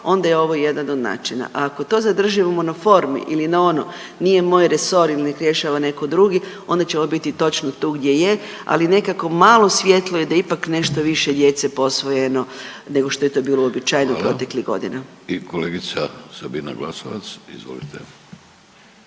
onda je ovo jedan od načina, a ako to zadržimo na formi ili na ono nije moj resor i nek rješava neko drugi onda ćemo biti točno tu gdje je, ali nekakvo malo svjetlo je da je ipak nešto više djece posvojeno nego što je to bilo uobičajeno … /Upadica: Hvala./… proteklih godina. **Vidović, Davorko